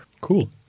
Cool